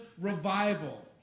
revival